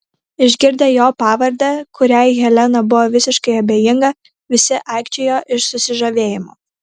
išgirdę jo pavardę kuriai helena buvo visiškai abejinga visi aikčiojo iš susižavėjimo